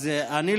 אני,